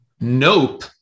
Nope